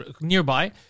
nearby